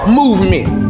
movement